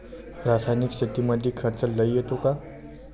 रासायनिक शेतीमंदी खर्च लई येतो का?